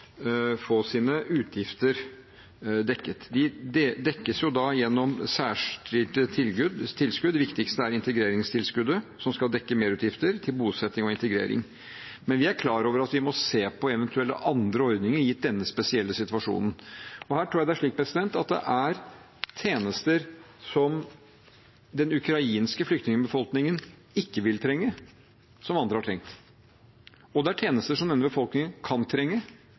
få sine utgifter dekket. De dekkes gjennom særskilte tilskudd. Det viktigste er integreringstilskuddet, som skal dekke merutgifter til bosetting og integrering, men vi er klar over at vi må se på eventuelle andre ordninger gitt denne spesielle situasjonen. Her tror jeg det er tjenester som den ukrainske flyktningbefolkningen ikke vil trenge, som andre har trengt, og det er tjenester denne befolkningen kan trenge,